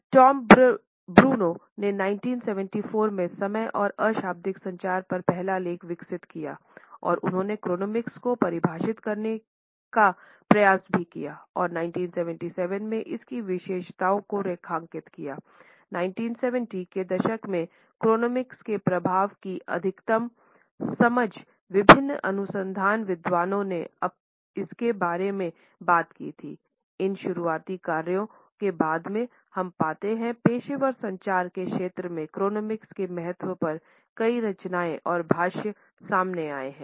Tom Bruno ने 1974 में समय और अशाब्दिक संचार पर पहला लेख विकसित किया और उन्होंने क्रोनेमिक्स के महत्व पर कई रचनाएँ और भाष्य सामने आए हैं